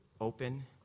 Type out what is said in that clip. Open